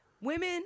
women